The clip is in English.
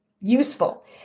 useful